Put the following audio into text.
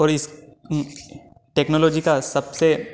और इस टेक्नोलॉजी का सबसे